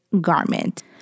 garment